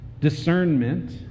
Discernment